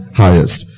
highest